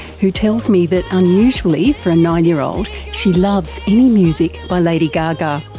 who tells me that unusually for a nine year old she loves any music by lady gaga.